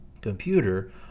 computer